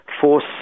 force